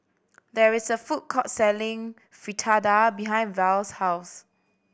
there is a food court selling Fritada behind Verl's house